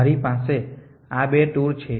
મારી પાસે આ બે ટૂર છે